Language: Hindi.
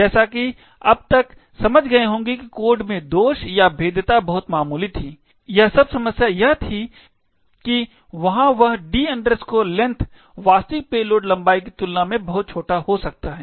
जैसा कि आप अब तक समझ गए होंगे कि कोड में दोष या भेद्यता बहुत मामूली थी यह सब समस्या यह थी कि वहाँ वह d length वास्तविक पेलोड लंबाई की तुलना में बहुत छोटा हो सकता है